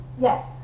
yes